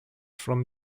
from